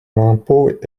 l’impôt